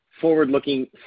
forward-looking